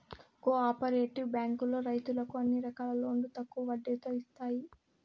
co operative బ్యాంకులో రైతులకు అన్ని రకాల లోన్లు తక్కువ వడ్డీతో ఇత్తాయి